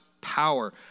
power